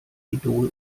idol